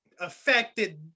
affected